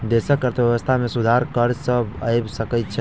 देशक अर्थव्यवस्था में सुधार कर सॅ आइब सकै छै